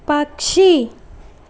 పక్షి